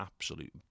absolute